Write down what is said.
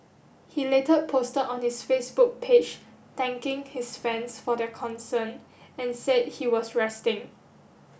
he later posted on his Facebook page thanking his fans for their concern and said he was resting